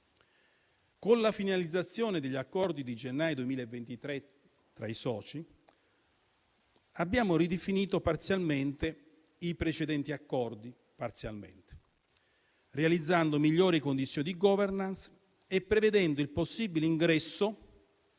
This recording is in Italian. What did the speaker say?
Con la finalizzazione degli accordi di gennaio 2023 tra i soci, abbiamo ridefinito parzialmente - e ripeto parzialmente - i precedenti accordi, realizzando migliori condizioni di *governance* e prevedendo il possibile ingresso